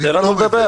תן לנו לדבר.